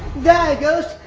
die ghost,